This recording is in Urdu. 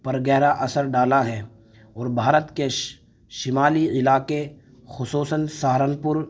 پر گہرا اثر ڈالا ہے اور بھارت کے شمالی علاقے خصوصاً سہارنپور